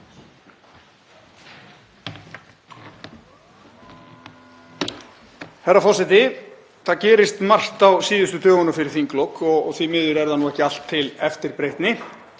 Herra forseti. Það gerist margt á síðustu dögunum fyrir þinglok og því miður er það ekki allt til eftirbreytni.